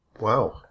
Wow